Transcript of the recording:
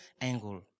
angle